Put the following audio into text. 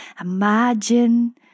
imagine